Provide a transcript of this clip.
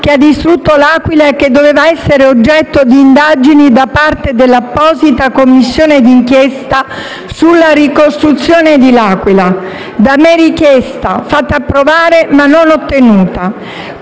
che ha distrutto l'Aquila e che doveva essere oggetto di indagini da parte della apposita Commissione d'inchiesta sulla ricostruzione dell'Aquila da me richiesta, fatta approvare ma non ottenuta.